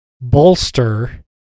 bolster